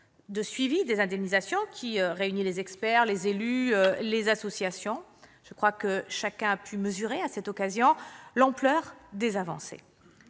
de suivi des indemnisations, qui réunit les experts, les élus, les associations. Je crois que chacun a pu mesurer, à cette occasion, l'ampleur des avancées.